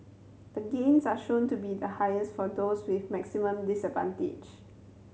the gains are shown to be highest for those with maximum disadvantage